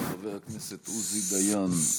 חבר הכנסת עוזי דיין,